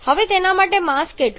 હવે તેના માટે માસ કેટલું છે